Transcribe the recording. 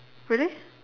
really